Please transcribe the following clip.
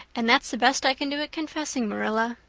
and that's the best i can do at confessing, marilla.